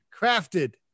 Crafted